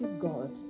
god